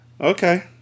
okay